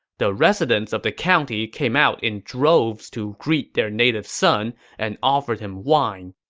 the residents of the county came out in droves to greet their native son and offered him wine,